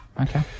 Okay